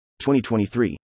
2023